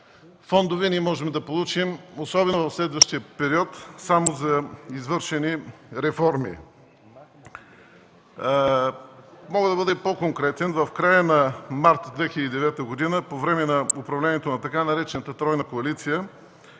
фондове можем да получим, особено през следващия период, само за извършени реформи. Ще бъда и по-конкретен. В края на месец март 2009 г. по време на управлението на така наречената тройна коалиция